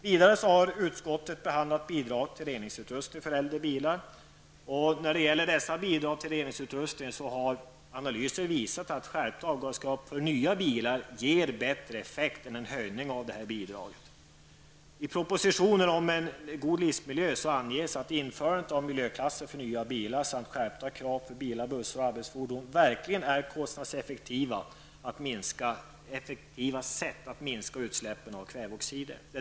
Vidare har utskottet behandlat bidrag till reningsutrustning på äldre personbilar. Analyser har visat att skärpta avgaskrav för nya bilar ger bättre effekt än en höjning av dessa bidrag till reningsutrustning. I propositionen om en god livsmiljö anges att införandet av miljöklasser för nya bilar samt skärpta krav på bilar, bussar och arbetsfordon verkligen är kostnadseffektiva sätt att minska utsläppen av kväveoxider.